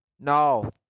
No